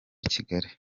kigali